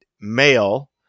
male